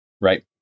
Right